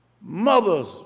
Mother's